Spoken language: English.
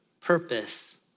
purpose